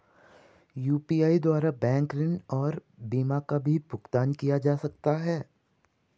UPI द्वारा bank ऋण और बीमा का भी भुगतान किया जा सकता है?